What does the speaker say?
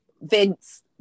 Vince